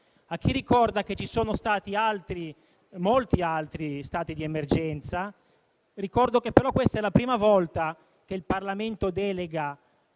A chi ricorda che ci sono stati molti altri stati di emergenza, ricordo che - però - questa è la prima volta che il Parlamento delega